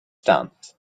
dance